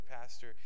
pastor